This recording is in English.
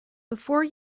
before